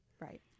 right